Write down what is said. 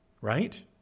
Right